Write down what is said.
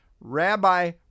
Rabbi